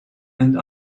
and